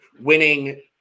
Winning